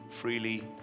freely